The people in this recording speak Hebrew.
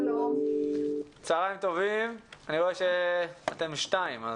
אני רואה שאתן שתיים.